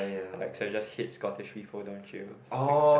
Alexa just hit scottish don't you something like that